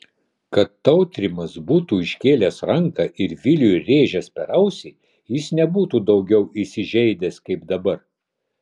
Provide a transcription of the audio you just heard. kad tautrimas būtų iškėlęs ranką ir viliui rėžęs per ausį jis nebūtų daugiau įsižeidęs kaip dabar